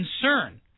concern